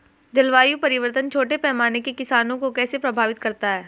जलवायु परिवर्तन छोटे पैमाने के किसानों को कैसे प्रभावित करता है?